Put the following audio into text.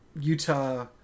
Utah